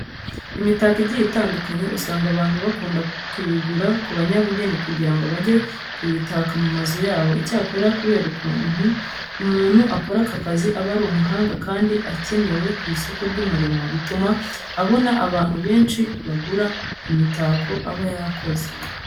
Imitako igiye itandukanye usanga abantu bakunda kuyigura ku banyabugeni kugira ngo bajye kuyitaka mu mazu yabo. Icyakora kubera ukuntu umuntu ukora aka kazi aba ari umuhanga kandi akenewe ku isoko ry'umurimo, bituma abona abantu benshi bagura imitako aba yakoze.